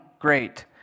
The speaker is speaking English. great